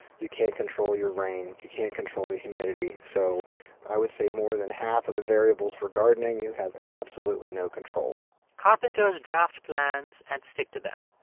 you can't control your rain. you can't control the humidity. so i would say, more than half of the variables for gardening, you have absolutely no control carpenters draft plans and stick to them.